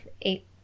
eight